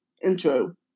Intro